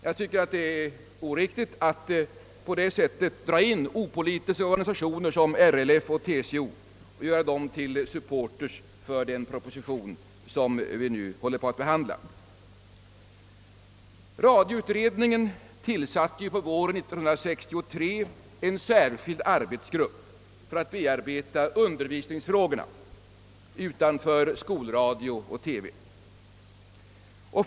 Jag tycker att det är oriktigt att på det sättet göra opolitiska organisationer som RLF och TCO till supporters för den proposition som vi nu behandlar. Radioutredningen tillsatte på våren 1963 en särskild arbetsgrupp för att bearbeta undervisningsfrågorna utanför skolradion och skoltelevisionen.